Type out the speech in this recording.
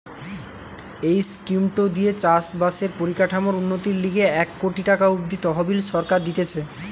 এই স্কিমটো দিয়ে চাষ বাসের পরিকাঠামোর উন্নতির লিগে এক কোটি টাকা অব্দি তহবিল সরকার দিতেছে